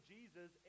Jesus